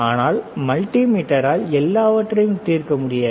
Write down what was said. ஆனால் மல்டி மீட்டரால் எல்லாவற்றையும் தீர்க்க முடியாது